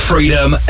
Freedom